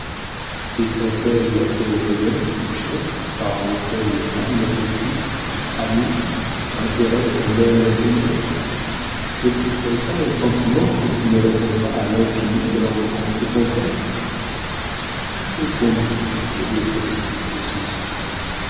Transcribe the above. grâce descend elle aux riens touchants par lesquels les femmes occupent amusent intéressent un homme aimé ne brise t elle pas un sentiment quand il ne répond pas à l'infini qu'elle embrasse et contemple qui peut combler les deux précipices de ses yeux